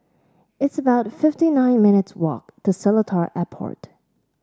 it's about fifty nine minutes' walk to Seletar Airport